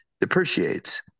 depreciates